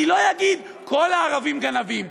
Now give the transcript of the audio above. אני לא אגיד: כל הערבים גנבים.